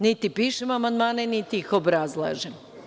Niti pišem amandmane, niti ih obrazlažem.